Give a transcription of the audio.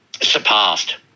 surpassed